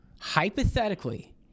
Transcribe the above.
hypothetically